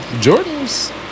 Jordan's